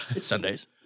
Sundays